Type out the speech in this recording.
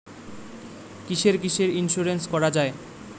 কিসের কিসের ইন্সুরেন্স করা যায়?